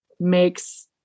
makes